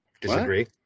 Disagree